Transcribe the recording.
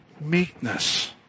meekness